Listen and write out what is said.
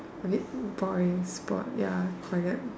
abit boring is bored ya quiet